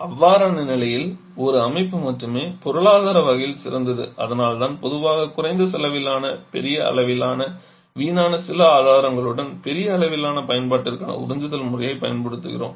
அவ்வாறான நிலையில் ஒரு அமைப்பு மட்டுமே பொருளாதார வகையில் சிறந்தது அதனால் தான் பொதுவாக குறைந்த செலவிலான பெரிய அளவிலான வீணான சில ஆதாரங்களுடன் பெரிய அளவிலான பயன்பாட்டிற்கான உறிஞ்சுதல் முறையைப் பயன்படுத்துகிறோம்